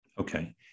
Okay